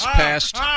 passed